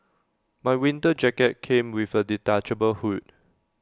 my winter jacket came with A detachable hood